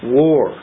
war